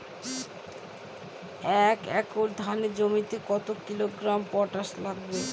এক একর ধানের জমিতে কত কিলোগ্রাম পটাশ লাগে?